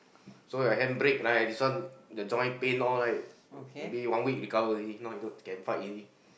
so he hand brake right this one the joint pain all like maybe one week recover already then now he can fight already